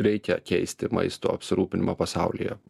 reikia keisti maisto apsirūpinimą pasaulyje